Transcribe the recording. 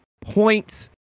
points